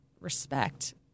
respect